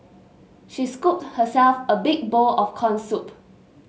she scooped herself a big bowl of corn soup